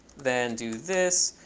then do this,